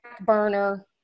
burner